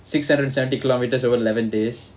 six hundred and seventy kilometers over eleven days